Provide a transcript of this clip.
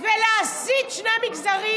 ולהסית שני מגזרים,